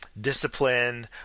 discipline